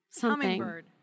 Hummingbird